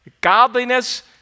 Godliness